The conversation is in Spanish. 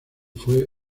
fue